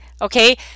okay